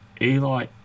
Eli